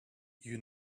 you